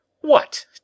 What